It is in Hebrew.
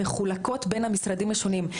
מחולקות בין המשרדים השונים.